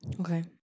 Okay